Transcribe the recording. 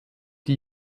die